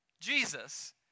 Jesus